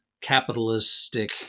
capitalistic